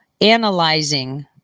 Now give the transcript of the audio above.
analyzing